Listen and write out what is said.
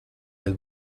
iet